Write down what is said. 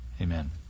amen